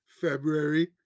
February